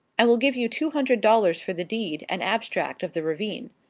i will give you two hundred dollars for the deed and abstract of the ravine.